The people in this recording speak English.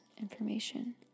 information